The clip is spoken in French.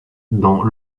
dans